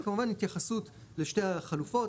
וכמובן התייחסות לשתי החלופות,